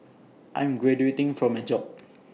I'm graduating from my job